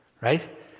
right